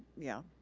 yeah.